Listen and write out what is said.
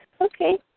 Okay